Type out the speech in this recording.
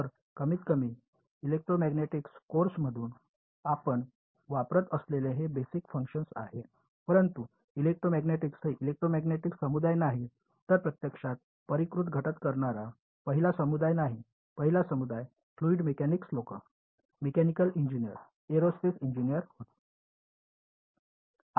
तर कमीतकमी electromagnetics course म्हणून आपण वापरत असलेले हे बेसिक फंक्शन आहेत परंतु इलेक्ट्रोमॅग्नेटिक्स हे इलेक्ट्रोमॅग्नेटिक समुदाय नाही तर प्रत्यक्षात परिष्कृत घटक करणारा पहिला समुदाय नाही पहिला समुदाय फ्लुइड मेकॅनिक्स लोक मेकॅनिकल इंजिनिअर एरोस्पेस इंजिनिअर होते